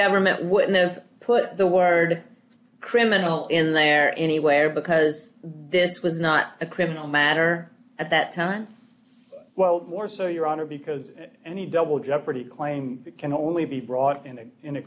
government wouldn't have put the word criminal in there anywhere because this was not a criminal matter at that time well more so your honor because any double jeopardy claim can only be brought in in a